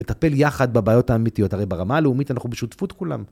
לטפל יחד בבעיות האמיתיות, הרי ברמה הלאומית אנחנו בשותפות כולם.